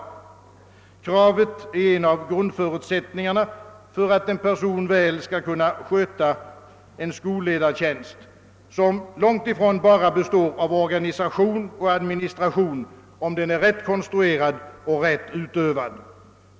Detta krav är en av grundförutsättningarna för att en person väl skall kunna sköta en skolledartjänst, som långt ifrån bara består i organisation och administration, om den är rätt konstruerad och rätt utövad.